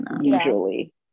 usually